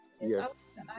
Yes